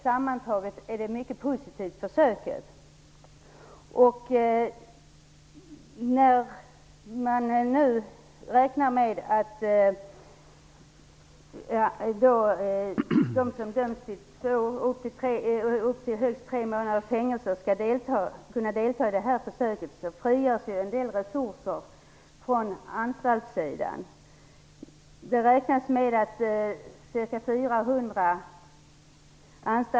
Sammantaget är försöket mycket positivt. Man räknar med att det frigörs en del resurser från anstaltsidan när de som döms upp till högst 3 månaders fängelse skall delta i försöket - ca 400 anstaltsplatser räknar man med.